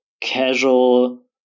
casual